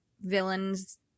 villains